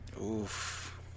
oof